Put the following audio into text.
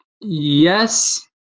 Yes